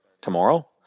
tomorrow